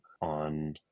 on